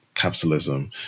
capitalism